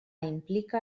implica